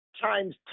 times